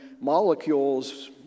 molecules